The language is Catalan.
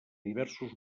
diversos